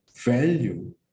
value